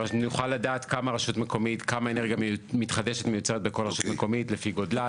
שנוכל לדעת כמה אנרגיה מתחדשת מיוצרת בכל רשות מקומית לפי גודלה,